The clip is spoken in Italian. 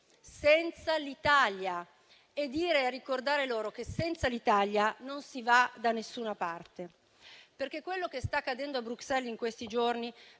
senza l'Italia, e ricordare loro che senza l'Italia non si va da nessuna parte. Quello che sta accadendo a Bruxelles in questi giorni